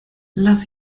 lass